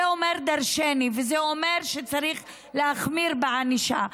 זה אומר דרשני וזה אומר שצריך להחמיר בענישה.